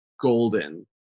golden